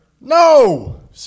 No